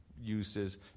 uses